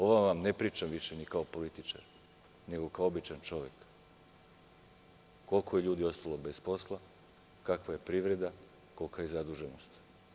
Ovo vam ne pričam više ni kao političar nego kao običan čovek, koliko je ljudi ostalo bez posla, kakva je privreda, kolika ke zaduženost.